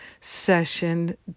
session